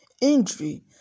injury